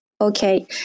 Okay